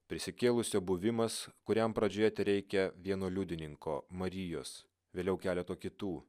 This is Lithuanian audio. prisikėlusio buvimas kuriam pradžioje tereikia vieno liudininko marijos vėliau keleto kitų